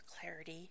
clarity